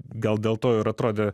gal dėl to ir atrodė